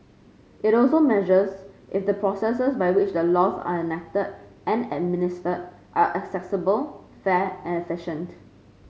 it also measures if the processes by which the laws are enacted and administered are accessible fair and efficient